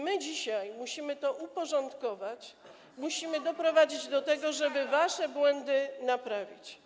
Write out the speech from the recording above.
My dzisiaj musimy to uporządkować, musimy doprowadzić do tego, żeby wasze błędy naprawić.